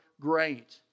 great